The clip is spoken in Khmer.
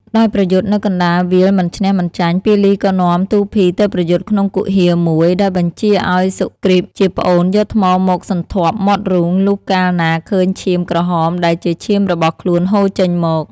ដោយប្រយុទ្ធនៅកណ្តាលវាលមិនឈ្នះមិនចាញ់ ពាលីក៏នាំទូរភីទៅប្រយុទ្ធក្នុងគុហារមួយ ដោយបញ្ជាឱ្យសុគ្រីព ជាប្អូនយកថ្មមកសន្ធាប់មាត់រូង លុះកាលណាឃើញឈាមក្រហមដែលជាឈាមរបស់ខ្លួនហូរចេញមក។